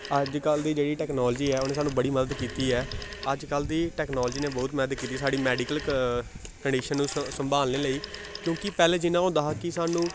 अजकल्ल दी जेह्ड़ी टैक्नालोजी ऐ उ'न्नै सानूं बड़ी मदद कीती ऐ अजकल्ल दी टैक्नालोजी ने ब्हौत मदद कीती साढ़ी मैडिकल क कंडिशन संभालने लेई क्योंकि पैह्लें जि'यां होंदा हा कि सानूं